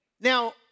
Now